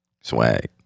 Swag